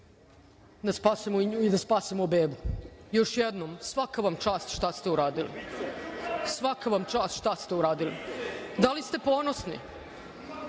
da spasemo nju i da spasemo bebu. Još jednom, svaka vam čast šta ste uradili. Svaka vam čast šta ste uradili. Da li ste ponosni?